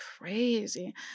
crazy